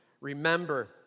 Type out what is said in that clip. Remember